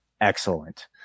excellent